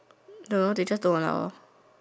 no they just don't allow